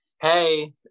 hey